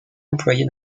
employé